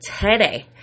today